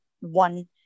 one